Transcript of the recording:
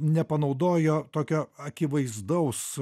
nepanaudojo tokio akivaizdaus